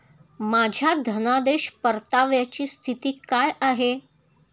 माझ्या धनादेश परताव्याची स्थिती काय आहे?